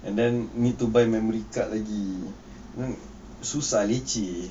and then need to buy memory card lagi susah leceh